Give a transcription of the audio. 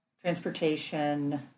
transportation